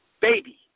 Baby